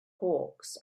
hawks